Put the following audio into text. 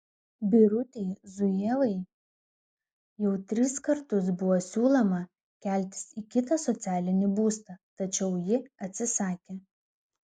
birutei zujevai jau tris kartus buvo siūloma keltis į kitą socialinį būstą tačiau ji atsisakė